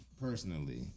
personally